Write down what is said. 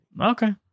Okay